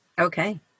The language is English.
Okay